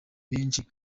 benshi